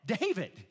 David